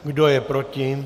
Kdo je proti?